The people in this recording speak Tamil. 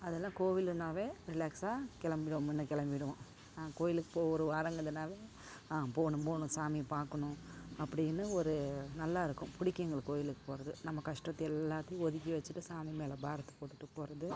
அதெலாம் கோவில்னாவே ரிலாக்ஸாக கிளம்பிடுவோம் முன்னல கிளம்பிடுவோம் நான் கோயிலுக்கு போ ஒருவாரம் இருக்குதுனா போகணும் போகணும் சாமி பார்க்கணும் அப்படினு ஒரு நல்லா இருக்கும் பிடிக்கும் எங்களுக்கு கோயிலுக்குப் போகிறது நம்ம கஷ்டத்தை எல்லாத்தையும் ஒதுக்கி வச்சிட்டு சாமி மேலே பாரத்தை போட்டுட்டு போகிறது